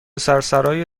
سرسرای